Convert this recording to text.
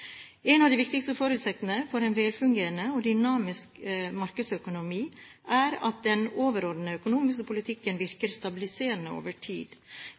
En av de viktigste forutsetningene for en velfungerende og dynamisk markedsøkonomi er at den overordnede økonomiske politikken virker stabiliserende over tid.